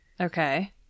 Okay